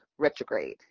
Retrograde